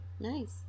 nice